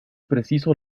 preciso